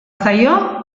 zaio